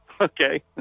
Okay